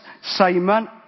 Simon